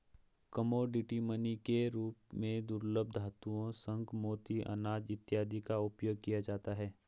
commodity money के रूप में दुर्लभ धातुओं शंख मोती अनाज इत्यादि का उपयोग किया जाता है